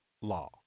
law